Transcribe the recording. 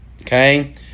Okay